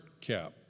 cap